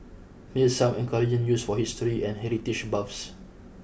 here's some encouraging news for history and heritage buffs